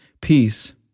Peace